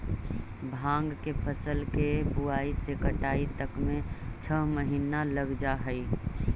भाँग के फसल के बुआई से कटाई तक में छः महीना लग जा हइ